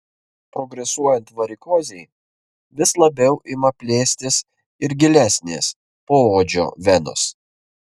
progresuojant varikozei vis labiau ima plėstis ir gilesnės poodžio venos